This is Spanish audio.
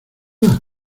nada